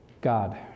God